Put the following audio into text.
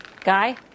Guy